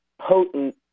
potent